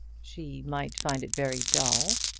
she might find it very dull.